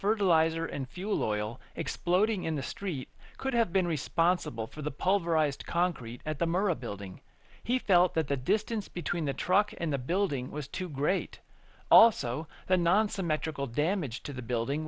fertilizer and fuel oil exploding in the street could have been responsible for the pulverized concrete at the murrah building he felt that the distance between the truck and the building was too great also the nonsymmetrical damage to the building